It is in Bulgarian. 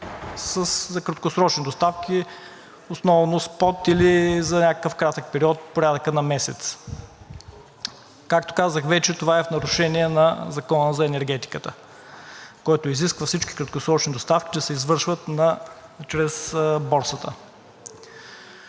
за краткосрочни доставки – основно спот, или за някакъв кратък период – от порядъка на месец. Както казах вече, това е в нарушение на Закона за енергетиката, който изисква всички краткосрочни доставки да се извършват чрез борсата.